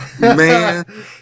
Man